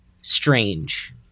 strange